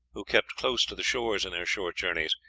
who kept close to the shores in their short journeys,